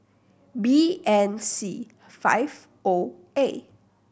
B N C five O A